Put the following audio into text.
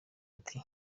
ati